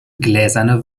gläserne